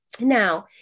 Now